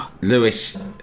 Lewis